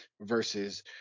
versus